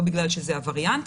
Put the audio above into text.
לא בגלל שזה הווריאנט,